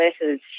letters